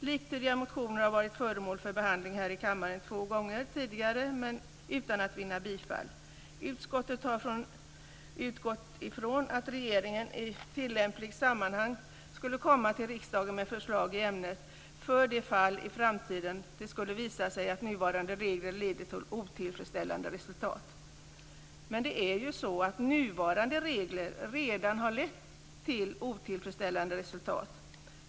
Liktydiga motioner har varit föremål för behandling här i kammaren två gånger tidigare, men inte vunnit bifall. Utskottet har utgått från att regeringen i lämpligt sammanhang skulle återkomma till riksdagen med förslag i ämnet för det fall det i framtiden skulle visa sig att nuvarande regler leder till otillfredsställande resultat. Men det är ju så att nuvarande regler redan har lett till otillfredsställande resultat.